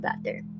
better